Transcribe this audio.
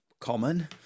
common